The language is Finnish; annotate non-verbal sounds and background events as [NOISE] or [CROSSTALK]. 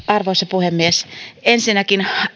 [UNINTELLIGIBLE] arvoisa puhemies ensinnäkin